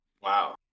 Wow